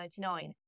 1999